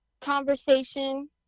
conversation